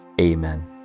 Amen